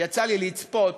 יצא לי לצפות